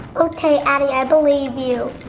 okay, addy, i believe you.